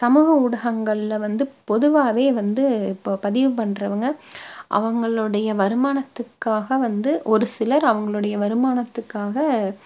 சமூக ஊடகங்களில் வந்து பொதுவாகவே வந்து இப்போ பதிவு பண்ணுறவங்க அவங்களுடைய வருமானத்துக்காக வந்து ஒரு சிலர் அவங்களுடைய வருமானத்துக்காக